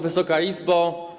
Wysoka Izbo!